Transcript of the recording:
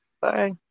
Bye